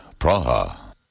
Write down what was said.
Praha